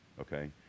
Okay